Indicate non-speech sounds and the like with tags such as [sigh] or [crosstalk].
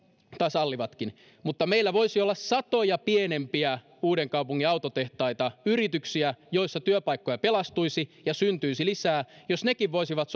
sallivatkin mutta meillä voisi olla satoja pienempiä uudenkaupungin autotehtaita yrityksiä joissa työpaikkoja pelastuisi ja syntyisi lisää jos nekin voisivat [unintelligible]